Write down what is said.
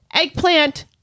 eggplant